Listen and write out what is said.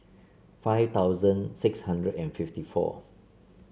five thousand six hundred and fifty four